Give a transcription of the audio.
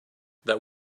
that